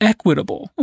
Equitable